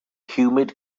humid